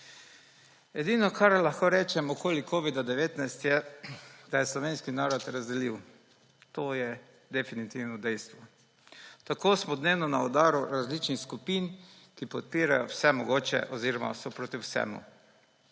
Edino, kar lahko rečem okoli covida-19, je, da je slovenski narod razdelil. To je definitivno dejstvo. Tako smo dnevno na udaru različnih skupin, ki podpirajo vse mogoče oziroma so proti vsemu.